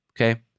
okay